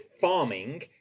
farming